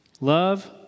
Love